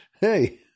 Hey